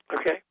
Okay